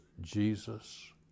Jesus